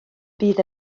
bydd